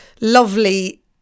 lovely